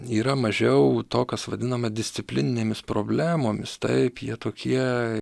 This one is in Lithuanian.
yra mažiau to kas vadinama disciplininėmis problemomis taip jie tokie